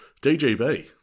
DGB